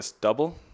double